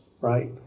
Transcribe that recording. right